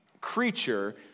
creature